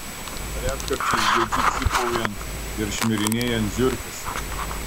retkarčiais girdžiu cypaujant ir šmirinėjant žiurkes